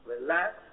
Relax